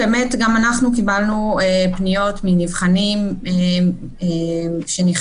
גם אנחנו קיבלנו פניות מנבחנים שנכשלו,